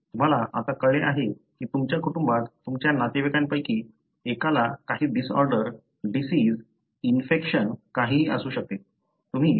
तुम्हाला आता कळले आहे की तुमच्या कुटुंबात तुमच्या नातेवाईकांपैकी एकाला काही डिसऑर्डर डिसिज इन्फेक्शन काहीही असू शकते